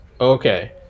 Okay